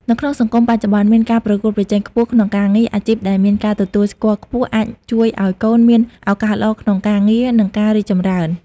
នៅក្នុងសង្គមបច្ចប្បន្នមានការប្រកួតប្រជែងខ្ពស់ក្នុងការងារ អាជីពដែលមានការទទួលស្គាល់ខ្ពស់អាចជួយឲ្យកូនមានឱកាសល្អក្នុងការងារ និងការរីកចម្រើន។